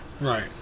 Right